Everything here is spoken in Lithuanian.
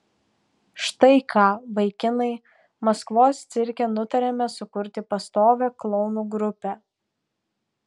štai ką vaikinai maskvos cirke nutarėme sukurti pastovią klounų grupę